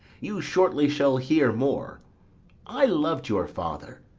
you shortly shall hear more i lov'd your father,